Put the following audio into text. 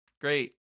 Great